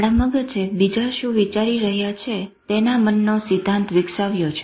આપણા મગજે બીજા શું વિચારી રહ્યા છે તેના મનનો સિદ્ધાંત વિકસાવ્યો છે